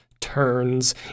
turns